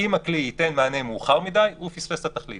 אם הכלי ייתן מענה מאוחר מדי, הוא פספס את התכלית.